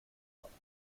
worden